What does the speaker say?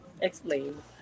explain